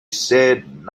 said